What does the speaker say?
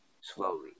slowly